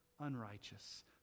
unrighteous